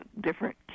different